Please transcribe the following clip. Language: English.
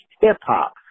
hip-hop